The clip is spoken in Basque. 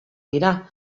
dira